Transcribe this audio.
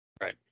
right